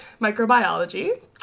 microbiology